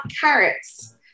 carrots